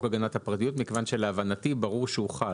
הגנת הפרטיות מכיוון שלהבנתי ברור שהוא חל.